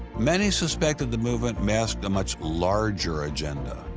many suspected the movement masked a much larger agenda.